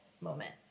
moment